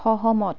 সহমত